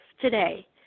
today